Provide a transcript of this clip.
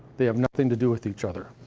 they have nothing to do with each other.